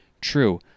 true